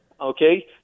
okay